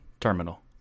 terminal